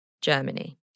Germany